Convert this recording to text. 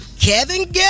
Kevin